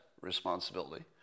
responsibility